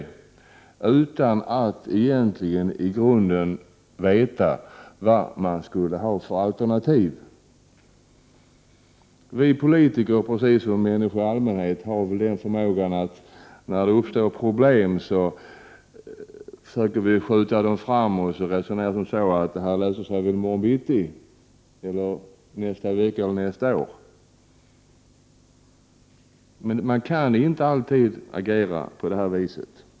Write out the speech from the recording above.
1988/89:119 utan att egentligen i grunden veta vilka alternativ man skulle ha. 23 maj 1989 Vi politiker har, liksom människor i allmänhet, förmågan att försöka skjuta de problem som uppstår framåt genom att resonera som så: Vi kan ta hand om dem i morgon bitti, nästa vecka eller nästa år. Men man kan inte alltid agera på det viset.